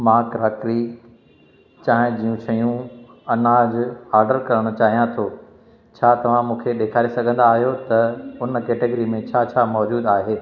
मां क्राकरी चाहिं जूं शयूं अनाज ऑडर करण चाहियां थो छा तव्हां मूंखे ॾेखारे सघंदा आहियो त हुन कैटेगरी में छा छा मौजूदु आहे